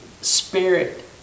spirit